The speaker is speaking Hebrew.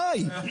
די.